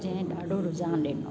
जंहिं ॾाढो रूझानु ॾिनो आहे